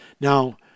Now